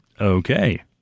Okay